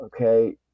okay